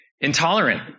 intolerant